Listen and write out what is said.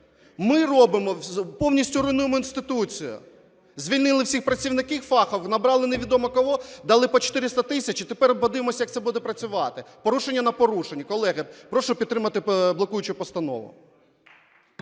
Ми робимо, повністю руйнуємо інституцію. Звільнили всіх працівників фахових, набрали невідомо кого, дали по 400 тисяч і тепер подивимося, як це буде працювати. Порушення на порушенні. Колеги, прошу підтримати блокуючу постанову.